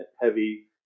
heavy